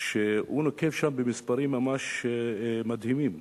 והוא נוקב שם במספרים ממש מדהימים.